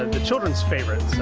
and the children's favorite.